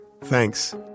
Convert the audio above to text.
Thanks